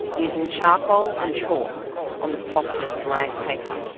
using charcoal and chalk on the softest rag paper.